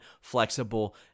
flexible